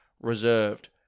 reserved